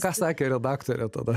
ką sakė redaktorė tada